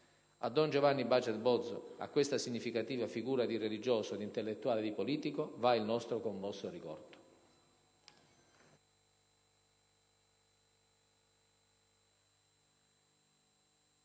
A don Giovanni Baget Bozzo, a questa significativa figura di religioso, di intellettuale, di politico, va il nostro commosso ricordo.